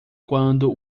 quando